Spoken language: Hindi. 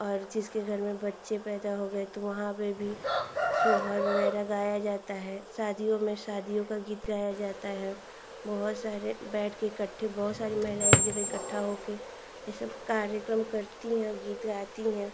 और जिसके घर में बच्चे पैदा हो गए तो वहाँ पर भी सोहर वगैरह गाया जाता है शादियों में शादियों का गीत गाया जाता है बहुत सारे बैठ कर इकट्ठे बहुत सारी महिलाएँ एक जगह इकट्ठा हो कर यह सब कार्यक्रम करती हैं गीत गाती हैं